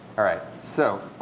all right, so